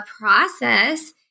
process